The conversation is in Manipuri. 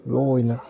ꯂꯣꯏꯅ